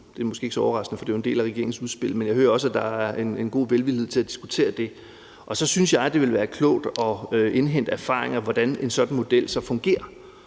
Det er måske ikke så overraskende, for det er en del af regeringens udspil. Men jeg hører også, at der er en god velvillighed til at diskutere det. Så synes jeg, det ville være klogt at indhente erfaringer for, hvordan en sådan model så fungerer.